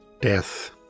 Death